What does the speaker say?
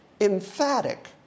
emphatic